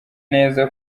neza